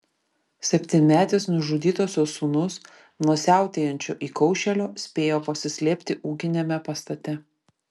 septynmetis nužudytosios sūnus nuo siautėjančio įkaušėlio spėjo pasislėpti ūkiniame pastate